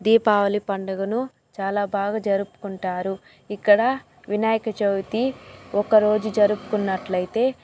దీపావళి పండుగను చాలా బాగా జరుపుకుంటారు ఇక్కడ వినాయక చవితి ఒక్కరోజు జరుపుకున్నట్లయితే